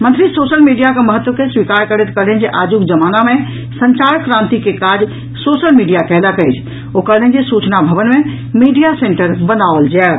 मंत्री social media के महत्व के स्वीकार करैत कहलनि जे आजुक जमाना मे संचार क्रांति के काज सोशल मीडिया कयलक अछि ओ कहलनि जे सूचना भवन मे मीडिया सेंटर बनाओल जायत